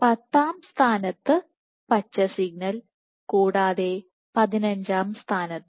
10 ആം സ്ഥാനത്തും പച്ച സിഗ്നൽ കൂടാതെ 15 ആം സ്ഥാനത്ത്